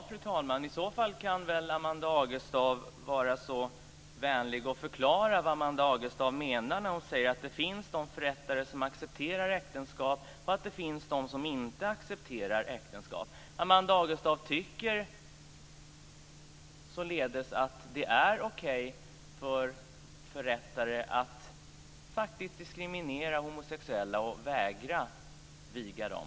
Fru talman! I så fall kan väl Amanda Agestav vara så vänlig och förklara vad hon menar när hon säger att det finns förrättare som accepterar äktenskap och att det finns de som inte accepterar äktenskap. Amanda Agestav tycker således att det är okej för förrättare att faktiskt diskriminera homosexuella och vägra att viga dem.